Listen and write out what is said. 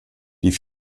die